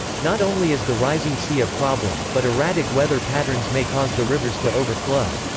not only is the rising sea a problem, but erratic weather patterns may cause the rivers to overflow.